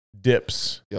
dips